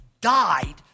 died